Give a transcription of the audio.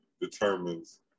determines